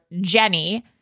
Jenny